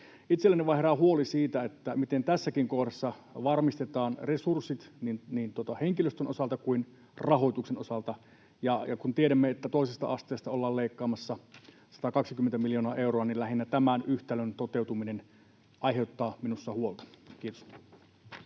Itselläni vain herää huoli siitä, miten tässäkin kohdassa varmistetaan resurssit niin henkilöstön osalta kuin rahoituksen osalta, ja kun tiedämme, että toisesta asteesta ollaan leikkaamassa 120 miljoonaa euroa, niin lähinnä tämän yhtälön toteutuminen aiheuttaa minussa huolta. — Kiitos.